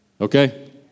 Okay